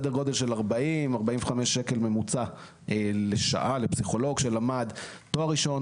סדר גודל של 45-40 שקל בממוצע לשעה לפסיכולוג שלמד תואר ראשון,